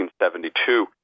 1972